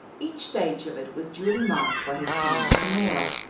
each stage of it was duly marked by his comments to norah.